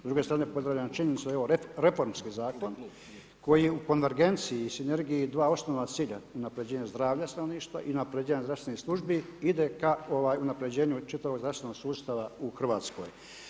S druge strane, pozdravljam činjenicu da je ovo reformski zakon koji u konvergenciji i sinergiji dva osnovna cilja unaprjeđenja zdravlja stanovništva i unaprjeđenja zdravstvenih službi, ide ka unaprjeđenju čitavog zdravstvenog sustava u Hrvatskoj.